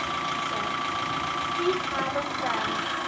she said we have a friend.